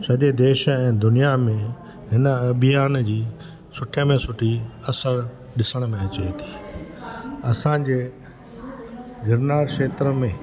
सॼे देश ऐं दुनिया में हिन अभियान जी सुठे में सुठी असर ॾिसण में अचे थी असांजे गिरनार क्षेत्र में